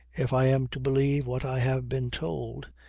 if i am to believe what i have been told,